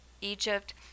egypt